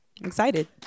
excited